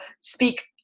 speak